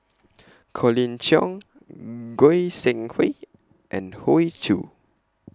Colin Cheong Goi Seng Hui and Hoey Choo